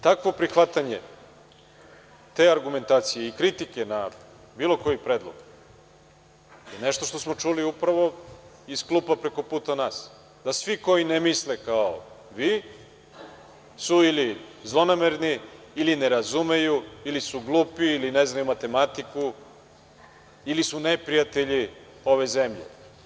Takvo prihvatanje te argumentacije i kritike na bilo koji predlog je nešto što smo čuli upravo iz klupa preko puta nas, da svi koji ne misle kao vi, su ili zlonamerni ili ne razumeju, ili su glupi ili ne znaju matematiku ili su neprijatelji ove zemlje.